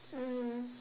mm